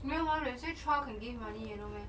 没有吗 they say trial can give money eh no meh